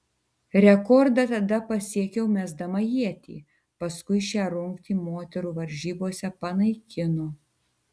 rekordą tada pasiekiau mesdama ietį paskui šią rungtį moterų varžybose panaikino